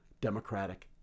democratic